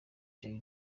jay